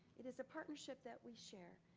it is a partnership that we share.